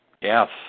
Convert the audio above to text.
Yes